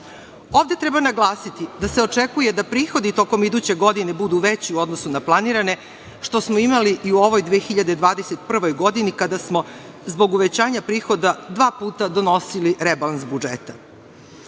Ovde treba naglasiti da se očekuje da prihodi tokom iduće godine budu veći u odnosu na planirane, što smo imali i u ovoj 2021. godini, kada smo zbog uvećanja prihoda dva puta donosili rebalans budžeta. Budući